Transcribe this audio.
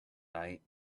night